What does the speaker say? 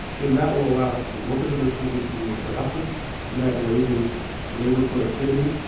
then that will allow the workers of those companies to be more productive. and that raises labor productivity,